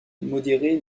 modérés